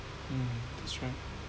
mm that's right